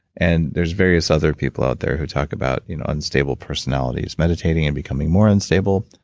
and there's various other people out there who talk about you know unstable personalities meditating and becoming more unstable.